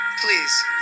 Please